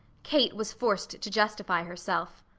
kate was forced to justify herself.